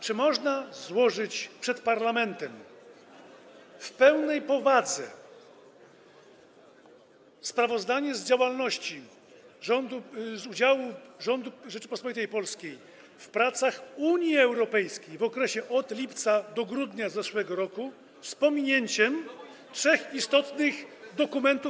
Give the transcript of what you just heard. Czy można złożyć przed parlamentem w pełnej powadze sprawozdanie z działalności rządu, z udziału rządu Rzeczypospolitej Polskiej w pracach Unii Europejskiej w okresie od lipca do grudnia zeszłego roku, z pominięciem trzech istotnych dokumentów.